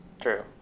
True